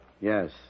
Yes